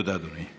תודה, אדוני.